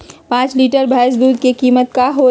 पाँच लीटर भेस दूध के कीमत का होई?